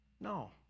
No